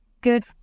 good